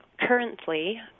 currently